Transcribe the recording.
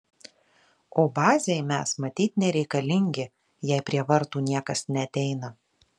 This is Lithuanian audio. o bazei mes matyt nereikalingi jei prie vartų niekas neateina